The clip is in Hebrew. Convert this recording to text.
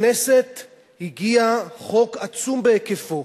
לכנסת הגיע חוק עצום בהיקפו,